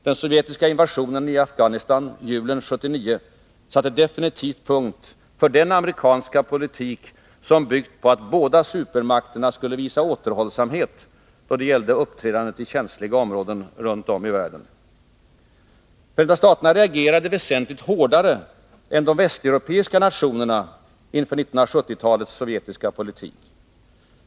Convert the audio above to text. Den sovjetiska invasionen i Afghanistan julen 1979 satte definitivt punkt för den amerikanska politik som byggt på att båda supermakterna skulle visa återhållsamhet då det gällde uppträdandet i känsliga områden runt om i världen. Förenta staterna reagerade väsentligt hårdare än de västeuropeiska nationerna inför 1970-talets sovjetiska politik.